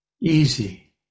Easy